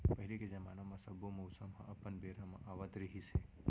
पहिली के जमाना म सब्बो मउसम ह अपन बेरा म आवत रिहिस हे